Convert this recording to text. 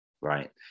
right